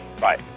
Bye